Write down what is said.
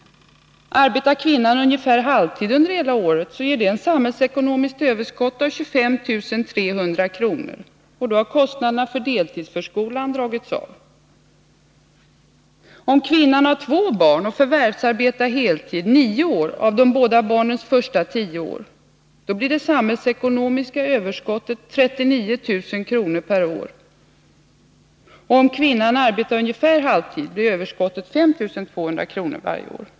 Arbetar kvinnan ungefär halvtid under hela året ger det ett samhällsekonomiskt överskott av 25 300 kr. — och då har kostnaderna för deltidsförskola dragits av. Om kvinnan har två barn och förvärvsarbetar under nio år av de båda barnens första tio år blir det samhällekonomiska överskottet 39 000 kr. per år. Om kvinnan arbetar ungefär halvtid blir överskottet 5 200 kr. varje år.